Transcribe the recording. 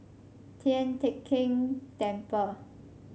Tian Teck Keng Temple